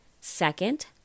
Second